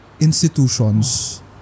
institutions